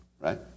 right